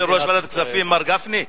כבוד יושב-ראש ועדת הכספים, מר גפני.